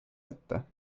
jätta